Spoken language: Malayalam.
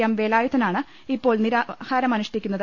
എം വേലായുധനാണ് ഇപ്പോൾ നിരാഹാരമനുഷ്ഠിക്കുന്നത്